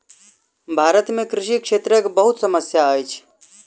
भारत में कृषि क्षेत्रक बहुत समस्या अछि